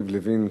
יריב לוין,